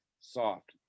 Soft